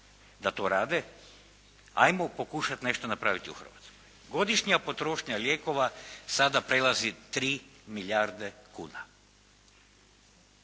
da to rade, ajmo pokušat nešto napravit i u Hrvatskoj. Godišnja potrošnja lijekova sada prelazi 3 milijarde kuna.